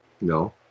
No